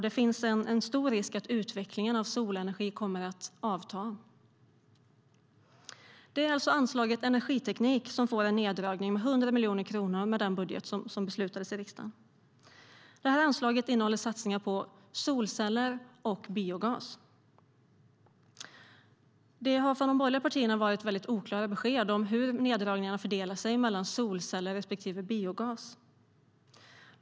Det finns en stor risk att utvecklingen av solenergi kommer att avta. Det är alltså anslaget Energiteknik som får en neddragning med 100 miljoner kronor med den budget som beslutades i riksdagen. Anslaget innehåller satsningar på solceller och biogas. Det har från de borgerliga partierna varit väldigt oklara besked om hur neddragningarna fördelar sig mellan solceller respektive biogas.